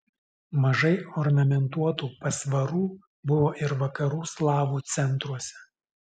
mažai ornamentuotų pasvarų buvo ir vakarų slavų centruose